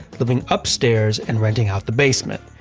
living upstairs and renting out the basement.